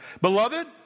Beloved